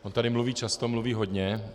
On tady mluví často, mluví hodně.